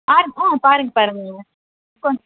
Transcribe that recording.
ஆ ஆ பாருங் பாருங்க கொண்